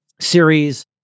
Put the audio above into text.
series